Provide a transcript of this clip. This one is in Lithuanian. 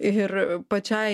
ir pačiai